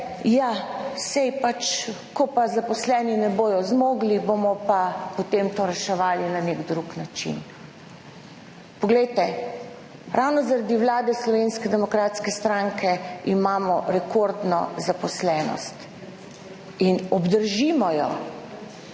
»Ja, saj pač, ko pa zaposleni ne bodo zmogli, bomo pa potem to reševali na nek drug način.« Poglejte, ravno zaradi Vlade Slovenske demokratske stranke imamo rekordno zaposlenost in obdržimo jo.